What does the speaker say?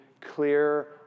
clear